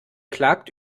klagt